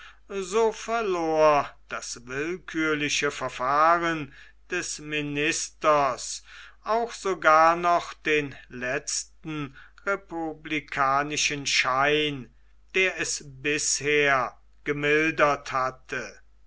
so verlor das willkürliche verfahren des ministers auch sogar noch den letzten republikanischen schein der es bisher gemildert hatte